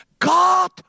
God